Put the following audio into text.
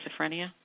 schizophrenia